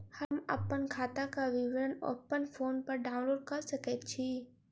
हम अप्पन खाताक विवरण अप्पन फोन पर डाउनलोड कऽ सकैत छी?